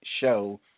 show